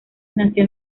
nació